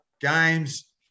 games